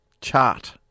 chart